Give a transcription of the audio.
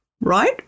right